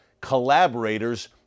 collaborators